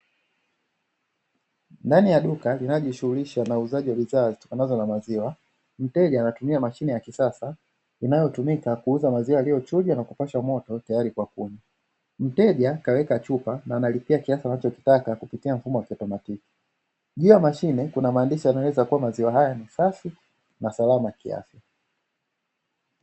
Ndani ya duka linalojishughulisha na uuzaji wa bidhaa zitokanazo na maziwa, mteja anatumia mashine ya kisasa inayotumika kuuza maziwa yaliyochujwa na kupashwa moto tayari kwa kunywa. Mteja huweka chupa na kulipia kiasi anachotaka kupitia mfumo wa kiotomatiki. Juu ya mashine kuna maandishi yanayoeleza kuwa maziwa haya ni safi na salama kiafya.